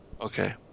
Okay